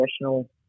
professional